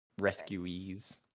rescuees